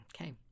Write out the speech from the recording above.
okay